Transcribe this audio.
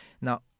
Now